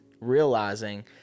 realizing